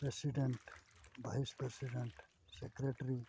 president vice president secretary